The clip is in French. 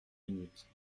minutes